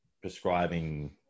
prescribing